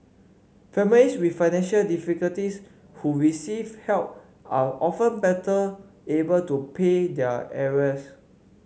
families with financial difficulties who receive help are often better able to pay their arrears